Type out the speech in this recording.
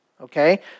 okay